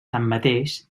tanmateix